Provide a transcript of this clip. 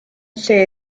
lle